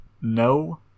no